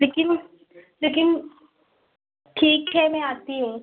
लेकिन लेकिन ठीक है मैं आती हूँ